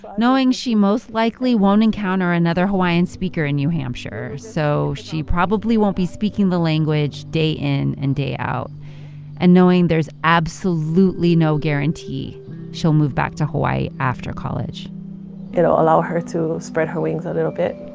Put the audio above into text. knowing she most likely won't encounter another hawaiian speaker in new hampshire so she probably won't be speaking the language day in and day out and knowing there's absolutely no guarantee she'll move back to hawaii after college it'll allow her to spread her wings a little bit,